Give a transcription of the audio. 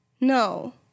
No